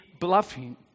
bluffing